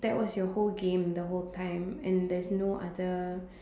that was your whole game the whole time and there's no other